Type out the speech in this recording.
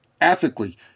ethically